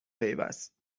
پیوست